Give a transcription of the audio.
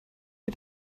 wir